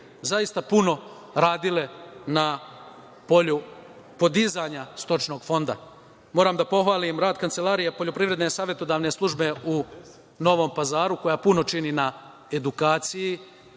zaista puno radile na polju podizanja stočnog fonda. Moram da pohvalim rad Kancelarije za poljoprivredne savetodavne službe u Novom Pazaru, koja puno čini na edukaciji,